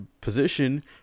position